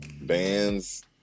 bands